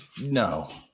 no